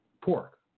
pork